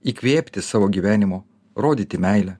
įkvėpti savo gyvenimo rodyti meilę